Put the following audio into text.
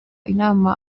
inama